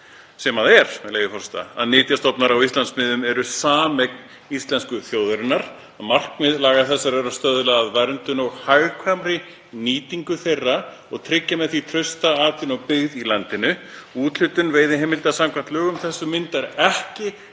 Sem hljómar svo, með leyfi forseta: „Nytjastofnar á Íslandsmiðum eru sameign íslensku þjóðarinnar. Markmið laga þessara er að stuðla að verndun og hagkvæmri nýtingu þeirra og tryggja með því trausta atvinnu og byggð í landinu. Úthlutun veiðiheimilda samkvæmt lögum þessum myndar ekki